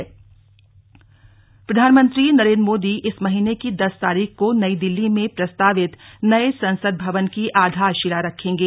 आधारशिला प्रधानमंत्री नरेंद्र मोदी इस महीने की दस तारीख को नई दिल्ली में प्रस्तावित नए संसद भवन की आधार शिला रखेंगे